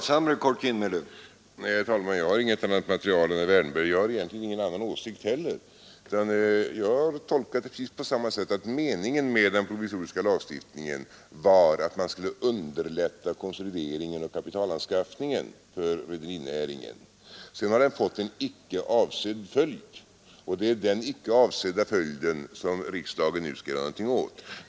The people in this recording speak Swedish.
Herr talman! Nej, jag har inget annat material än herr Wärnberg, och jag har egentligen ingen annan åsikt heller. Jag har tolkat det så att meningen med den provisoriska lagstiftningen var att man skulle underlätta konsolideringen genom kapitalanskaffning för rederinäringen. Sedan har lagstiftningen fått en icke avsedd följd, och det är den icke avsedda följden som riksdagen nu skall göra någonting åt.